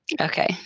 Okay